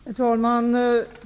Herr talman!